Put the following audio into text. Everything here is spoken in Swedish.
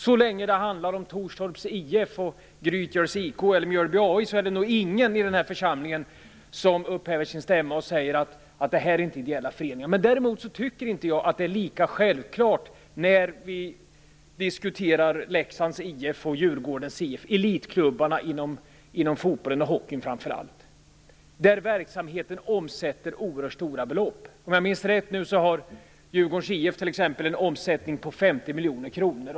Så länge det handlar om Torstorps IF, Grytgöls IK eller Mjölby AI är det nog ingen i denna församling som upphäver sin stämma och säger att det inte är fråga om ideella föreningar. Däremot tycker jag inte att detta är lika självklart när vi diskuterar Leksands IF och Djurgårdens IF, dvs. framför allt elitklubbarna inom fotboll och hockey. Den verksamheten omsätter oerhört stora belopp. Om jag minns rätt har t.ex. Djurgårdens IF en omsättning på 50 miljoner kronor.